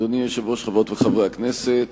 אדוני היושב-ראש, חברות וחברי הכנסת,